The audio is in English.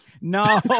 no